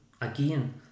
again